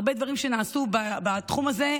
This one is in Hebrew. הרבה דברים שנעשו בתחום הזה,